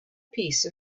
piece